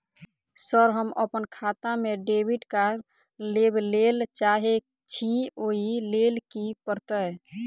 Sir हम अप्पन खाता मे डेबिट कार्ड लेबलेल चाहे छी ओई लेल की परतै?